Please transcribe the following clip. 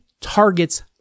targets